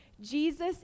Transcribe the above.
Jesus